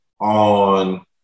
on